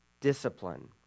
discipline